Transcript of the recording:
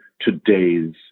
today's